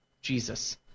Jesus